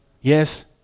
Yes